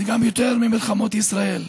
זה גם יותר ממלחמות ישראל.